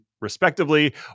respectively